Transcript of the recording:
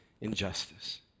injustice